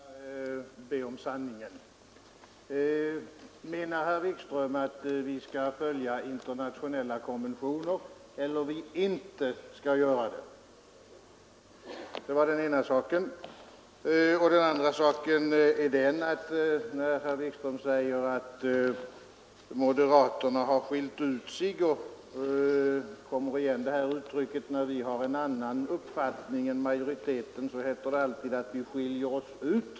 Herr talman! Jag vill gärna höra sanningen. Menar herr Wikström att vi skall följa internationella konventioner eller att vi inte skall göra det? Herr Wikström säger att moderaterna har ”skilt ut sig” — uttrycket kommer igen när vi har en annan uppfattning än majoriteten; då heter det alltid att vi ”skiljer oss ut”.